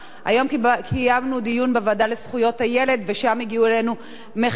היום קיימנו דיון בוועדה לזכויות הילד ושם הגיעו אלינו מחקרים,